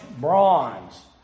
bronze